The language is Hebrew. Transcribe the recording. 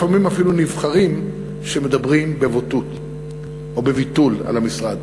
לפעמים אפילו נבחרים שמדברים בבוטות או בביטול על המשרד.